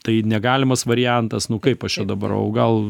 tai negalimas variantas nu kaip aš čia dabar o gal